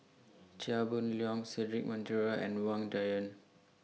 Chia Boon Leong Cedric Monteiro and Wang Dayuan